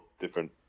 different